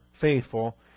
faithful